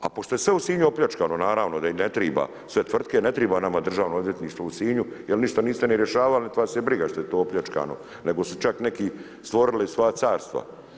A pošto je sve u Sinju opljačkano naravno da im ne triba, sve tvrtke ne triba nama Državno odvjetništvo u Sinju jer ništa niste ni rješavali, niti vas je briga što je to opljačkano, nego su čak neki stvorili svoja carstva.